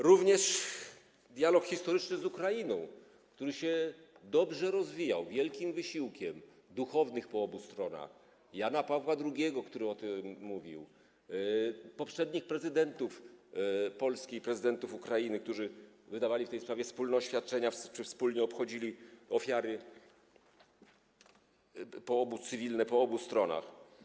Również jest kwestia dialogu historycznego z Ukrainą, który się dobrze rozwijał, wielkim wysiłkiem duchownych po obu stronach, Jana Pawła II, który o tym mówił, poprzednich prezydentów Polski i prezydentów Ukrainy, którzy wydawali w tej sprawie wspólne oświadczenia czy wspólnie uczcili ofiary cywilne po obu stronach.